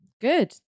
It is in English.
good